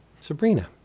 Sabrina